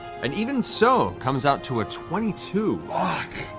and even so comes out to a twenty two.